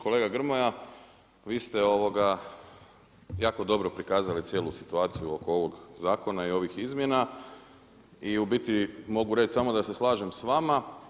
Kolega Grmoja, vi ste jako dobro prikazali cijelu situaciju oko ovog zakona i ovih izmjena i u biti mogu reći samo da se slažem sa vama.